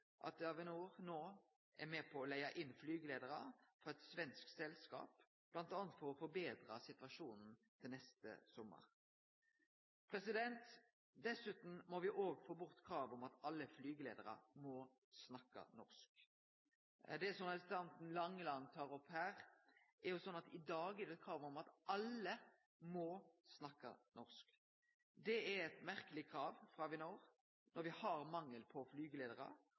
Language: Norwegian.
siger at Avinor no er med på å leie inn flygeleiarar frå eit svensk selskap, bl.a. for å forbetre situasjonen til neste sommar. Dessutan må me òg få bort kravet om at alle flygeleiarar må snakke norsk. Til det som representanten Langeland tar opp her: I dag er det altså eit krav om at alle må snakke norsk, og det er eit merkeleg krav frå Avinor når me har mangel på